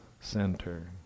center